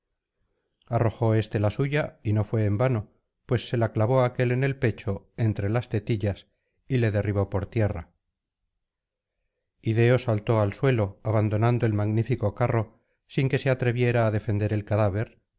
arrojó éste la suya y no fué en vano pues se la clavó á aquél en el pecho entre las tetillas y le derribó por tierra ideo saltó al suelo abandonando el magnífico carro sin que se atreviera á defender el cadáver